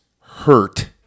hurt